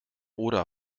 oder